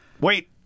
wait